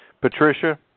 Patricia